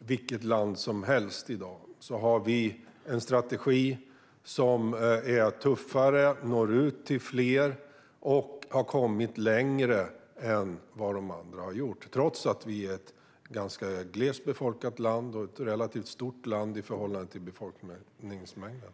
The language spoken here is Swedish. vilket land som helst i dag har vi en strategi som är tuffare, når ut till fler och har kommit längre än vad de andra har gjort, trots att vi är ett ganska glest befolkat och relativt stort land i förhållande till folkmängden.